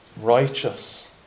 righteous